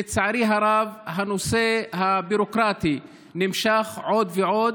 לצערי הרב הנושא הביורוקרטי נמשך עוד ועוד,